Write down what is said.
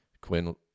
Quinn